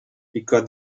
because